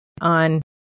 on